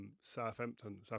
Southampton